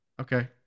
Okay